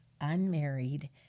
unmarried